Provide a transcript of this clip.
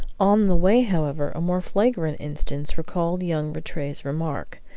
on the way, however, a more flagrant instance recalled young rattray's remark,